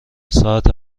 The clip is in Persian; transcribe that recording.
ساعت